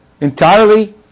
entirely